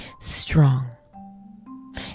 strong